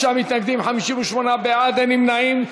46 מתנגדים, 58 בעד, אין נמנעים.